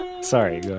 Sorry